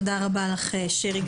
תודה רבה לך, שרי.